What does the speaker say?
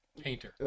painter